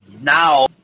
now